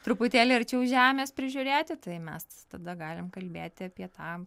truputėlį arčiau žemės prižiūrėti tai mes tada galim kalbėti apie tą